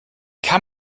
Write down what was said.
kann